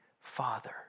father